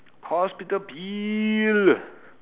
hospital bill